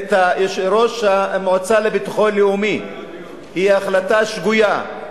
את יושב-ראש המועצה לביטחון לאומי היא החלטה שגויה,